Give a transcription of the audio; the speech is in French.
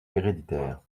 héréditaire